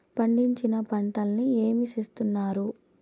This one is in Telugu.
పండించిన పంటలని ఏమి చేస్తున్నారు?